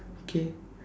okay